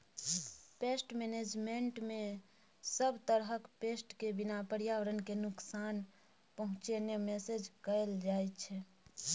pest मेनेजमेन्टमे सब तरहक पेस्ट केँ बिना पर्यावरण केँ नुकसान पहुँचेने मेनेज कएल जाइत छै